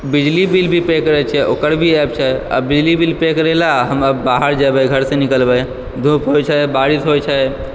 बिजली बिल भी पे करै छिए ओकर भी एप छै बिजली बिल पे करैलए हम आब बाहर जेबै घरसँ निकलबै धूप होइ छै बारिश होइ छै